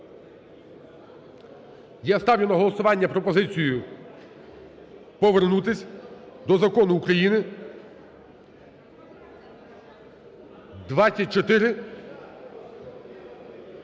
Я ставлю на голосування пропозицію повернутись до Закону України